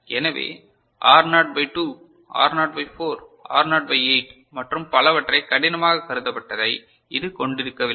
எனவே R naught by 2 R naught by 4 R naught by 8 மற்றும் பலவற்றை கடினமாக கருதப்பட்டதை இது கொண்டிருக்கவில்லை